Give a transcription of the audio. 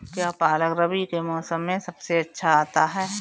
क्या पालक रबी के मौसम में सबसे अच्छा आता है?